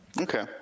Okay